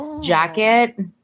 jacket